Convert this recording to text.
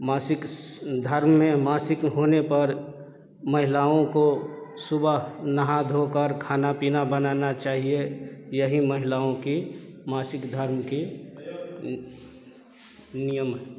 मासिक धर्म में मासिक होने पर महिलाओं को सुबह नहा धो कर खाना पीना बनाना चाहिए यही महिलाओं की मासिक धर्म की नियम है